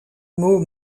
mot